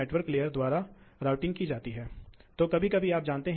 तो वास्तव में आप ऊर्जा वक्र देख सकते हैं